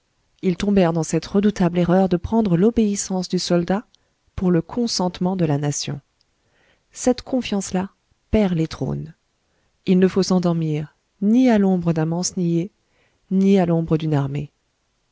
ils tombèrent dans cette redoutable erreur de prendre l'obéissance du soldat pour le consentement de la nation cette confiance là perd les trônes il ne faut s'endormir ni à l'ombre d'un mancenillier ni à l'ombre d'une armée